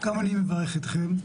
גם אני מברך אתכם,